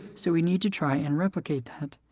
so we need to try and replicate that.